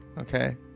Okay